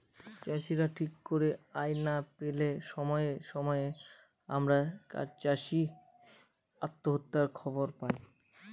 চাষীরা ঠিক করে আয় না পেলে সময়ে সময়ে আমরা চাষী আত্মহত্যার খবর পায়